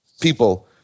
people